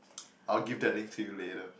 I will give that link to you later